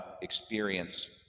experience